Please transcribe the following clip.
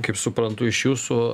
kaip suprantu iš jūsų